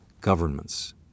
governments